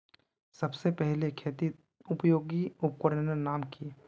सबसे पहले खेतीत उपयोगी उपकरनेर नाम की?